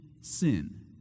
sin